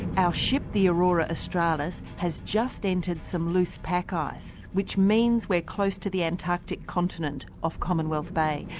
our ship, the aurora australis, has just entered some loose pack ice, which means we're close to the antarctic continent off commonwealth bay,